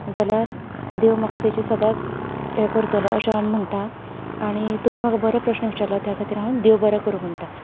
जाल्यार देव म्हाका तेची सदांच हे करतलो अशें हांव म्हणटा आनी तुमी म्हाका बरो प्रस्न विचारलो त्या खातीर हांव देव बरो करूं म्हणटा